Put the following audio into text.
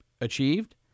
achieved